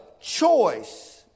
choice